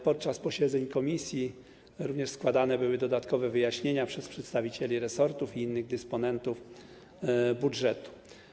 Podczas posiedzeń komisji składane były również dodatkowe wyjaśnienia przez przedstawicieli resortów i innych dysponentów budżetu.